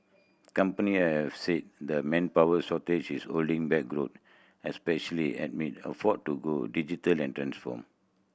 company have said the manpower shortage is holding back growth especially amid effort to go digital and transform